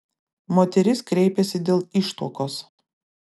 moteris kreipėsi dėl ištuokos